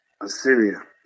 Assyria